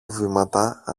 βήματα